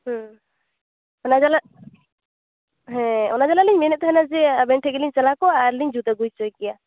ᱚᱱᱟ ᱡᱟᱞᱟ ᱦᱮᱸ ᱚᱱᱟ ᱡᱟᱞᱟ ᱞᱤᱧ ᱢᱮᱱᱮᱫ ᱛᱟᱦᱮᱱᱟ ᱡᱮ ᱟᱵᱮᱱ ᱴᱷᱮᱱ ᱜᱮᱞᱤᱧ ᱪᱟᱞᱟᱣ ᱠᱚᱜᱼᱟ ᱟᱨᱞᱤᱧ ᱡᱩᱛ ᱟᱹᱜᱩᱪᱚᱭ ᱠᱮᱭᱟ